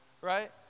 Right